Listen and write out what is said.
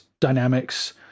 dynamics